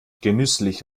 genüsslich